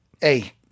hey